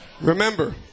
Remember